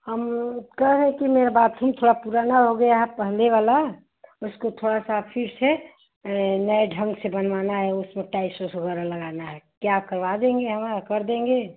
हम कह रहे कि मेरा बाथरूम थोड़ा पुराना हो गया पहले वाला उसको थोड़ा फिर से नए ढंग से बनवाना है उसमें टाइल्स उल्स वग़ैरह लगाना है क्या आप करवा देंगे हमारा कर देंगे